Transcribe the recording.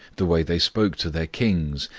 the way they spoke to their kings,